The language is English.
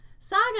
Saga